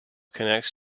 connects